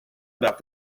about